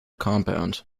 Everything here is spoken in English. compound